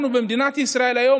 אנחנו במדינת ישראל היום,